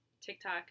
TikTok